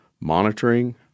monitoring